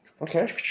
Okay